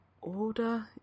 Order